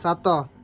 ସାତ